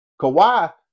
Kawhi